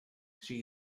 she